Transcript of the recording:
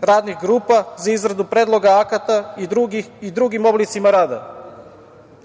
radnih grupa za izradu predloga akata i drugim oblicima rada.